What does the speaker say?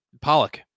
pollock